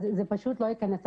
זה פשוט לא ייכנס לתודעה.